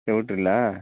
ಚೌಟ್ರಿಲಾ